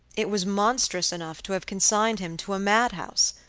it was monstrous enough to have consigned him to a madhouse.